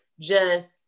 just-